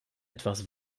etwas